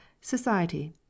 society